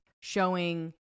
showing